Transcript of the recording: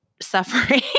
suffering